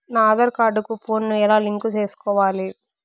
నా ఆధార్ కార్డు కు ఫోను ను ఎలా లింకు సేసుకోవాలి?